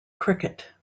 cricket